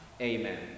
Amen